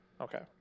Okay